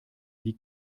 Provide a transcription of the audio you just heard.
wie